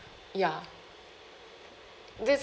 ya this